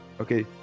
okay